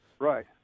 Right